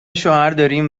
شوهرداریم